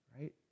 right